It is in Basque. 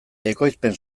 ekoizpen